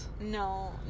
No